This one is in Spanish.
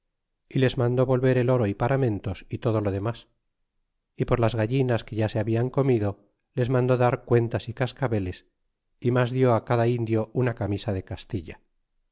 y les mandó volver el oro y paramentos y todo lo demas y por las gallinas que ya se hablan comido les mandó dar cuentas y cascaveles y mas dió cada indio una camisa de castilla